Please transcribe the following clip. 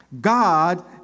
God